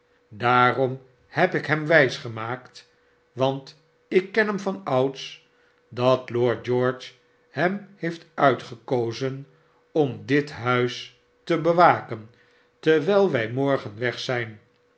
daarom heb ik hem wijs gemaakt want ik ken hem vanouds dat lord george hem heeft uitgekozen om dit huis te bewaken terwijl wij morgen weg zijn